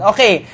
Okay